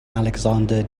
alexander